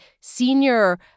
senior